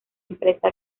empresa